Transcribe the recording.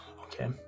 Okay